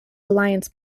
alliance